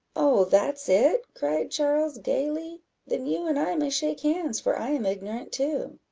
oh, that's it! cried charles, gaily then you and i may shake hands, for i am ignorant too.